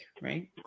right